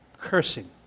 cursing